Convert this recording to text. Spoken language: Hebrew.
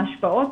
ההשפעות,